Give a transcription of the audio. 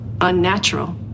unnatural